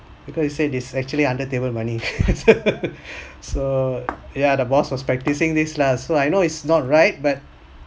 because she said this actually under table money so ya the boss was practising this lah so I know it's not right but